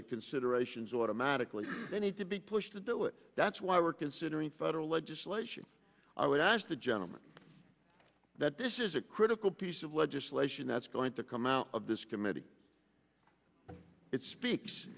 the considerations automatically they need to be pushed to do it that's why we're considering federal legislation i would ask the gentleman that this is a critical piece of legislation that's going to come out of this committee it speaks